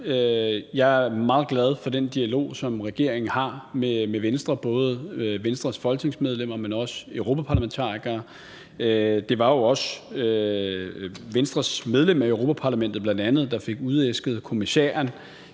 jeg er meget glad for den dialog, som regeringen har med Venstre, både Venstres folketingsmedlemmer, men også europaparlamentarikere. Det var jo også bl.a. Venstres medlem af Europa-Parlamentet, der fik udæsket kommissæren